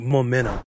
Momentum